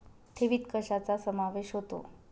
ठेवीत कशाचा समावेश होतो?